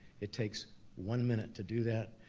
it takes one minute to do that.